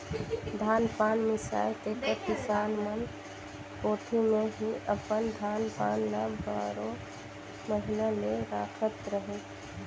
धान पान मिसाए तेकर किसान मन कोठी मे ही अपन धान पान ल बारो महिना ले राखत रहिन